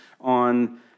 on